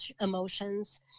emotions